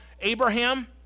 Abraham